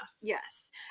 Yes